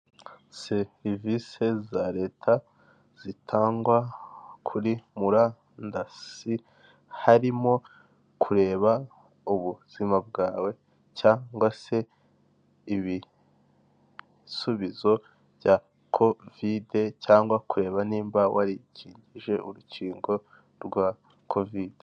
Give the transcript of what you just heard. Serivisi za leta zitangwa kuri murandasi harimo kureba ubuzima bwawe cyangwa se ibisubizo bya kovide cyangwa kureba niba warikijije urukingo rwa kovide.